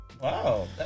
Wow